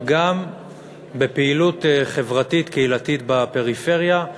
גם בפעילות חברתית קהילתית בפריפריה,